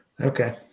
Okay